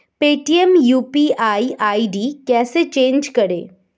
Paytm UPI ID कैसे change करें?